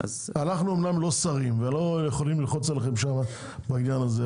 אנחנו אמנם לא שרים ולא יכולים ללחוץ עליכם שם בעניין הזה,